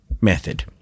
method